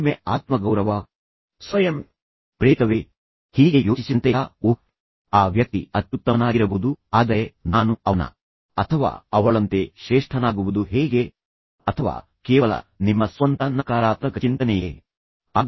ಮೊದಲ ಪರಿಣಾಮವೆಂದರೆ ಅವರು ಆರಂಭದಲ್ಲಿ ಅನುಭವಿಸುವ ಪರಸ್ಪರ ದ್ವೇಷವನ್ನು ಹೆಚ್ಚಿಸುವುದು ಎಂಬುದರಲ್ಲಿ ಸಂದೇಹವಿಲ್ಲ ಓಹ್ ಅವನು ನನ್ನ ಬಗ್ಗೆ ಅನೇಕ ಕೆಟ್ಟ ವಿಷಯಗಳನ್ನು ಹೇಳುತ್ತಿದ್ದಾನೆ ಆದ್ದರಿಂದ ದ್ವೇಷ ಹೆಚ್ಚಾಗುತ್ತದೆ ಏಕೆಂದರೆ ಪ್ರತಿಯೊಬ್ಬರೂ ಇತರರ ಅನ್ಯಾಯದಿಂದ ತುಂಬಾ ಭಯಭೀತರಾಗುತ್ತಾರೆ